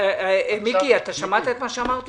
מיקי, אתה שמעת את מה שאמרתי?